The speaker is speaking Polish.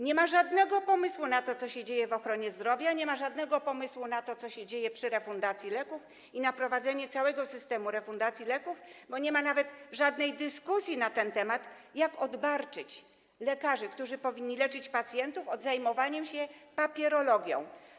Nie ma żadnego pomysłu na to, co się dzieje w ochronie zdrowia, nie ma żadnego pomysłu na to, co się dzieje przy refundacji leków i na prowadzenie całego systemu refundacji leków, bo nie ma nawet żadnej dyskusji na ten temat, jak odbarczyć lekarzy, którzy powinni leczyć pacjentów, od zajmowania się papierologią.